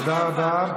תודה רבה.